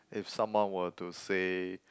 if someone were to say